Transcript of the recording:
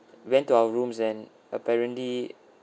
went to our rooms and apparently